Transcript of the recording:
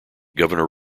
governor